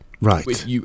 Right